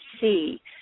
see